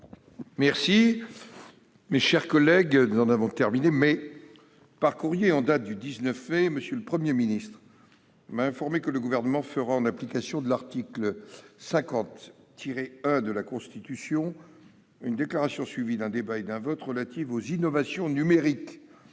heures. Mes chers collègues, par courrier en date du 19 mai, M. le Premier ministre m'a informé que le Gouvernement fera, en application de l'article 50-1 de la Constitution, une déclaration, suivie d'un débat et d'un vote, relative aux innovations numériques